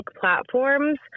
platforms